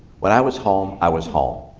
when i was home, i was home.